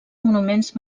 monuments